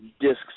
discs